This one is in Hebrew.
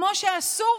כמו שאסור,